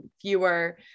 fewer